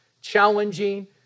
challenging